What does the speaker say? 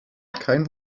kein